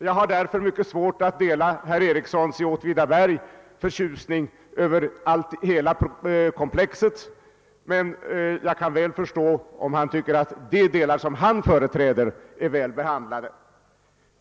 Jag har mycket svårt att dela herr Ericssons i Åtvidaberg förtjusning över hela komplexet, men jag kan väl förstå om han tycker att de delar som han företräder är väl behandlade.